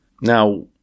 Now